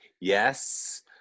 yes